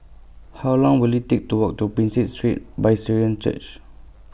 How Long Will IT Take to Walk to Prinsep Street Church